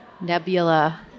nebula